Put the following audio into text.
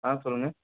ஆ சொல்லுங்கள்